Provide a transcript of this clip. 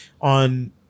on